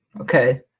Okay